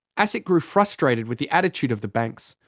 asic grew frustrated with the attitude of the banks.